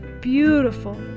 beautiful